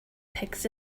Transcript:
pigs